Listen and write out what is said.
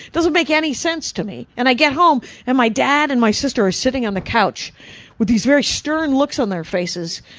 doesn't make any sense to me. and i get home, and my dad and my sister are sitting on the couch with these very stern looks on their faces.